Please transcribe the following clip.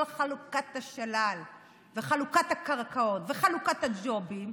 חלוקת השלל וחלוקת הקרקעות וחלוקת הג'ובים,